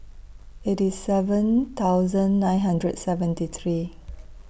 eighty seven thousand nine hundred seventy three